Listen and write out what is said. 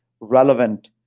relevant